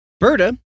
Berta